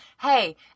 hey